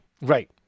Right